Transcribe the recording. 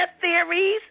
theories